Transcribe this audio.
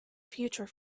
future